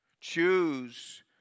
Choose